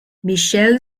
michel